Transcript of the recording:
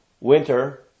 winter